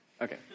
okay